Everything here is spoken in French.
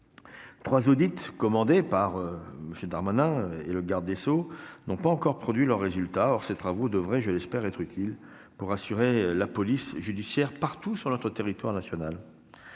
Trois audits commandés par M. Darmanin et M. le garde des sceaux n'ont pas encore livré leurs résultats. Ces travaux devraient, je l'espère, être utiles pour rassurer la police judiciaire partout sur le territoire national.